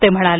ते म्हणाले